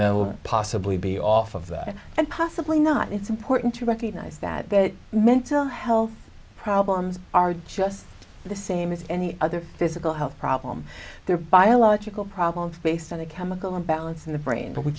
know possibly be off of it and possibly not it's important to recognize that their mental health problems are job the same as any other physical health problem there biological problems based on a chemical imbalance in the brain but we